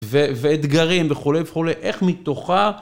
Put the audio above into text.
ואתגרים וכולי וכולי, איך מתוכה...